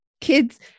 kids